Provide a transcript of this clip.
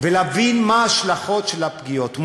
ולהבין מה הן ההשלכות של הפגיעות.